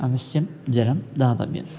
अवश्यं जलं दातव्यम्